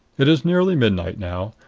it is nearly midnight now.